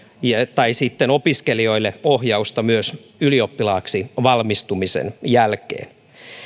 tai sitten opiskelijoille ohjausta myös ylioppilaaksi valmistumisen jälkeen